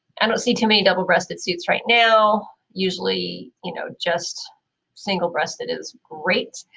i don't see too many double-breasted suits right now. usually you know, just single breasted is great.